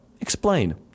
Explain